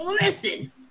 listen